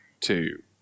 two